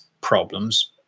problems